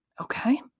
Okay